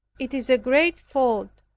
it is a great fault,